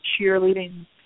cheerleading